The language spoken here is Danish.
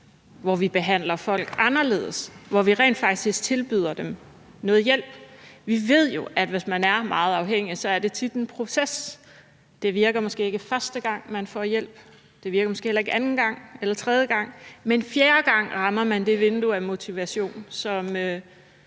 hvor vi behandler folk anderledes, og hvor vi rent faktisk tilbyder dem noget hjælp? Vi ved jo, at hvis man er meget afhængig, er det tit en proces. Det virker måske ikke første gang, man får hjælp, og det virker måske heller ikke anden gang eller tredje gang, men fjerde gang rammer man det vindue af motivation, som